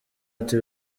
ati